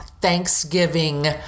Thanksgiving